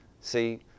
See